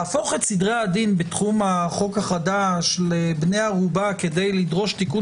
להפוך את סדרי הדין בתחום החוק החדש לבני ערובה כדי לדרוש תיקון